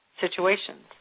situations